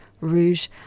Rouge